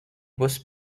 was